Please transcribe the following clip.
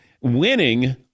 winning